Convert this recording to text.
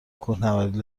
کوهنوردی